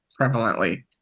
prevalently